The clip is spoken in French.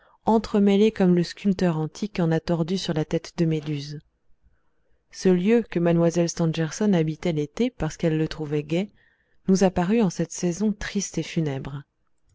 entremêlés comme le sculpteur antique en a tordu sur sa tête de méduse ce lieu que mlle stangerson habitait l'été parce qu'elle le trouvait gai nous apparut en cette saison triste et funèbre